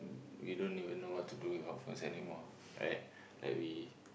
we don't even know what to do with our first anymore right like we